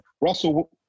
Russell